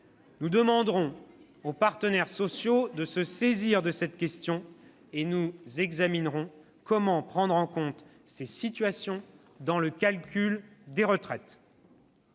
Nous demanderons aux partenaires sociaux de se saisir de cette question, et nous examinerons comment prendre en compte ces situations dans le calcul des retraites.